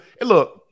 Look